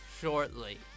shortly